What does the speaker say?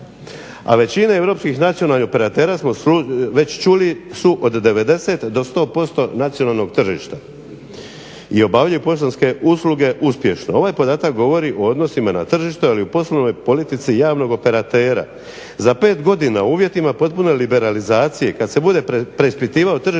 a većina europskih nacionalnih operatera smo već čuli su od 90 do 100% nacionalnog tržišta i obavljaju poštanske usluge uspješno. Ovaj podatak govori o odnosima na tržištu ali i o poslovnoj politici javnog operatera. Za pet godina u uvjetima potpune liberalizacije kad se bude preispitivao tržišni